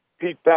Pete